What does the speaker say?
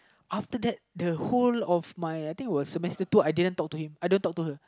after that the whole of my I think was Semester two I didn't talk to him I didn't talk to her